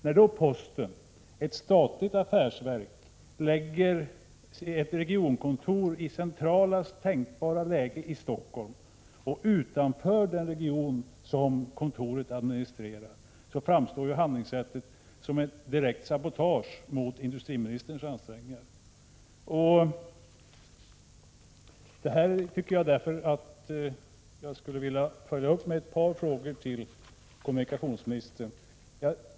När då posten, ett statligt affärsverk, placerar ett regionkontor i centralaste tänkbara läge i Stockholm och utanför den region som kontoret administrerar, framstår handlingssättet som ett direkt sabotage mot industriministerns ansträngningar. Jag skulle vilja följa upp detta med ett par ytterligare frågor till kommunikationsministern.